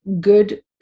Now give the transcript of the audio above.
good